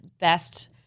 best